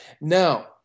Now